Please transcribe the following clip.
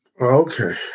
Okay